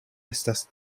estas